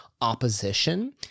opposition